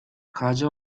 calla